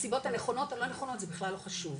הסיבות הנכונות, לא נכונות, זה בכלל לא חשוב,